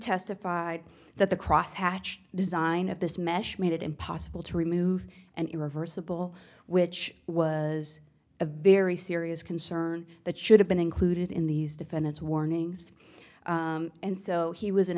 testified that the crosshatch design of this mesh made it impossible to remove and irreversible which was a very serious concern that should have been included in these defendants warnings and so he was an